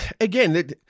again